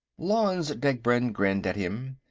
lanze degbrend grinned at him.